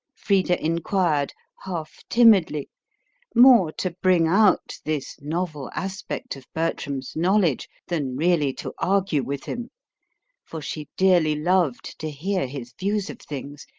frida inquired, half-timidly, more to bring out this novel aspect of bertram's knowledge than really to argue with him for she dearly loved to hear his views of things,